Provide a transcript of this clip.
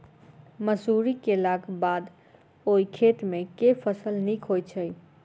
मसूरी केलाक बाद ओई खेत मे केँ फसल नीक होइत छै?